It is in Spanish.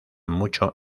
mucho